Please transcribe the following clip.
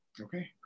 Okay